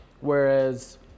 whereas